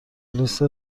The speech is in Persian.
لیست